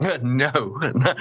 No